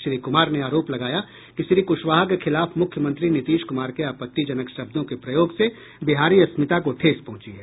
श्री कुमार ने आरोप लगाया कि श्री कुशवाहा के खिलाफ मुख्यमंत्री नीतीश कुमार के आपत्तिजनक शब्दों के प्रयोग से बिहारी अस्मिता को ठेस पहुंची है